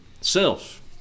self